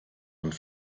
und